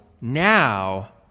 now